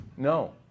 No